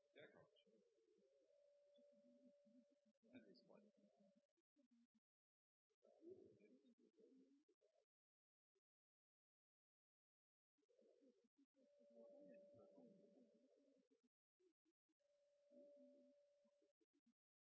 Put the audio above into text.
det er klart,